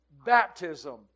baptism